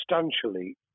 substantially